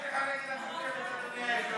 מה יש לך נגד המשותפת, אדוני היושב-ראש?